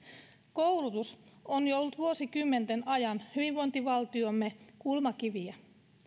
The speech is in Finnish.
koulutus on jo ollut vuosikymmenten ajan hyvinvointivaltiomme kulmakiviä